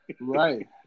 right